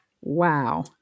Wow